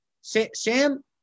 Sam